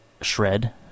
Shred